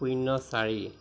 শূন্য চাৰি